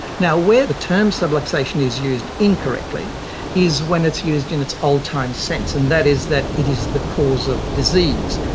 now, where the term subluxation is used incorrectly is when it's used in its old-time sense, and that is that it is the cause of disease,